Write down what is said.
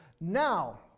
Now